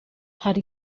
hari